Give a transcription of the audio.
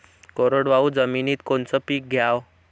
कोरडवाहू जमिनीत कोनचं पीक घ्याव?